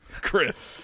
chris